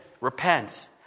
repent